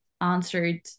answered